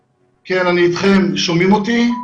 נתונים,